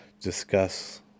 discuss